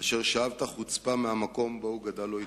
אשר שאב את החוצפה מהמקום שבו הוא גדל או התחנך.